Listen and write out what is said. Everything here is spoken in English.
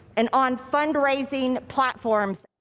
and on fundraising platforms.